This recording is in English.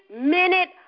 minute